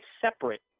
separate